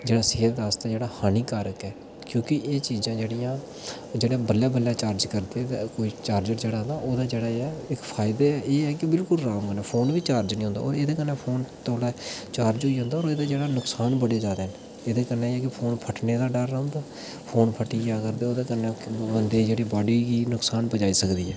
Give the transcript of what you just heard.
जेह्ड़ा सेह्त आस्तै जेह्ड़ा हानिकारक ऐ की जे एह् चीजां जेह्ड़ियां जेह्ड़े बल्लें बल्लें चार्ज करदे तां कोई चार्जर जेह्ड़ा ऐ ना ओह्दा कोई इक फायदा एह् ऐ कि बिल्कुल आराम कन्नै फोन बी चार्ज निं होदा ते एह्दे कन्नै फोन चार्ज ते होई जंदा पर एह्दे नुक्सान बड़े न एह्दे कन्नै जेह्का फोन फट्टने दा डर रौंह्दा फोन फट्टी गेआ जेकर तां ओह् बंदे दी बॉडी गी नुक्सान पजाई सकदी ऐ